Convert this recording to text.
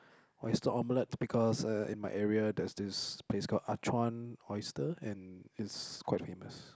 oyster omelette because uh in my area there's this place called Ah-Chuan oyster and it's quite famous